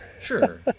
Sure